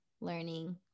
learning